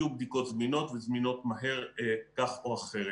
יהיו בדיקות זמינות וזמינות מהר כך או אחרת.